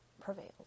prevailed